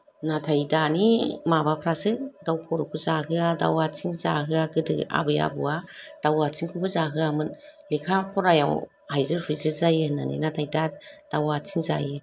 नाथाय दानि माबाफ्रासो दाउ खर'खौ जाहोआ दाउ आथिं जाहोआ गोदो आबै आबौवा दाउ आथिंखौबो जाहोआमोन लेखा फरायाव हायजेर हुइजेर जायो होन्नानै नाथाय दा दाउ आथिं जायो